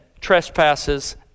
trespasses